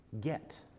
get